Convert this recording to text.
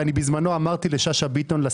בזמנו שאלתי את השרה שאשא-ביטון: